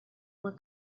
uma